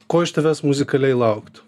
ko iš tavęs muzikaliai laukt